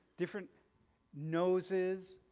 different noses,